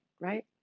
right